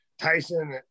Tyson